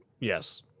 yes